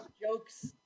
jokes